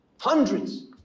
hundreds